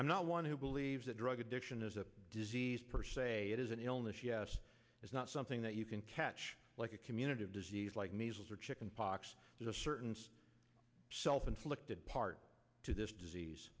i'm not one who believes that drug addiction is a disease per se it is an illness yes it's not something that you can catch like a community of disease like measles or chicken pox is a certain self inflicted part to this disease